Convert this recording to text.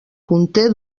conté